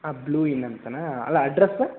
ಹಾಂ blue in ಅಂತನಾ ಅಲ್ಲ ಅಡ್ರಸ್